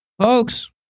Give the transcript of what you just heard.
folks